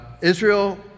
Israel